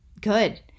Good